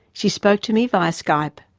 she spoke to me via skype.